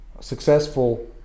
successful